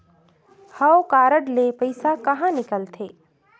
हव कारड ले पइसा कहा निकलथे?